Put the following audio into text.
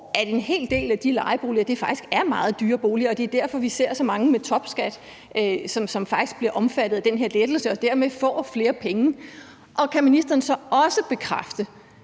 at en hel del af de lejeboliger faktisk er meget dyre boliger, og at det er derfor, vi ser så mange med topskat, som faktisk bliver omfattet af den her lettelse og dermed får flere penge? Og kan ministeren så også bekræfte,